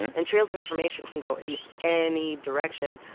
and trails of information can go in any direction.